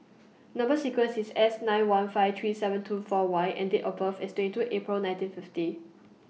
Number sequence IS S nine one five three seven two four Y and Date of birth IS twenty two April nineteen fifty